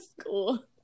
school